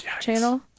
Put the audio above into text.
channel